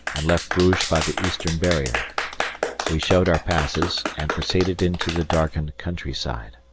and left bruges by the eastern barrier we showed our passes and proceeded into the darkened country-side.